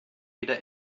wieder